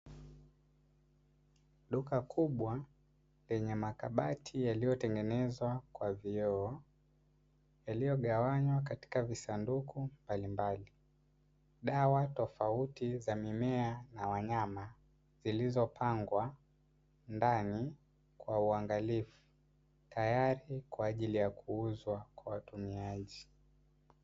Duka kubwa lenye makabati yaliyotengenezwa kwa vioo yaliyogawanywa katika visanduku mbalimbali, dawa tofauti za mimea na wanyama zilizopangwa ndani kwa uangalifu, tayari kwa ajili ya kuuzwa kwa watumiaji.